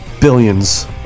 billions